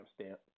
stamp